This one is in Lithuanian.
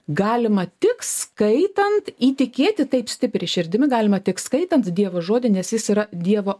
galima tik skaitant įtikėti taip stipriai širdimi galima tik skaitant dievo žodį nes jis yra dievo